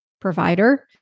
provider